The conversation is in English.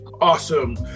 Awesome